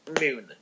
Moon